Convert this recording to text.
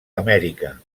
amèrica